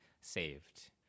saved